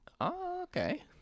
okay